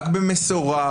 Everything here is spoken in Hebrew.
רק במשורה,